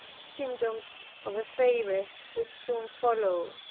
symptoms of a fever which soon followed.